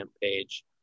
page